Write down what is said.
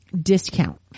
discount